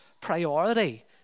priority